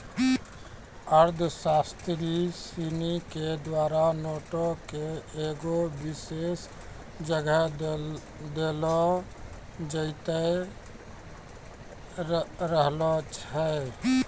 अर्थशास्त्री सिनी के द्वारा नोटो के एगो विशेष जगह देलो जैते रहलो छै